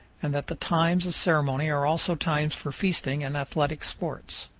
and that the times of ceremony are also times for feasting and athletic sports.